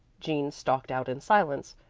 jean stalked out in silence,